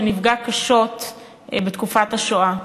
שנפגע קשות בתקופת השואה.